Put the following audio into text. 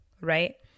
right